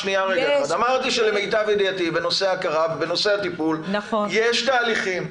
אמרתי שלמיטב ידיעתי בנושא ההכרה ובנושא הטיפול יש תהליכים,